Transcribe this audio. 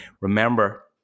Remember